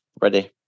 ready